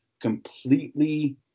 completely